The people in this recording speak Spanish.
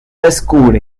descubre